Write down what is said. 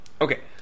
okay